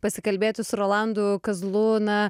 pasikalbėti su rolandu kazlu na